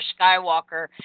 Skywalker